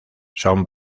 son